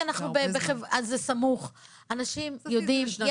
אנשים יודעים,